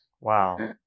Wow